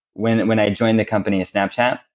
when when i joined the company, snapchat,